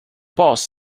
boss